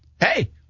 Hey